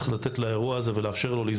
צריך לאפשר לאירוע הזה לזרום,